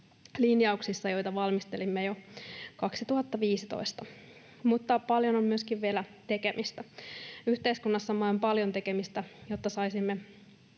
‑linjauksissa, joita valmistelimme jo 2015, mutta paljon on myöskin vielä tekemistä. Yhteiskunnassamme on paljon tekemistä, jotta saisimme